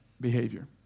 behavior